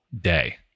day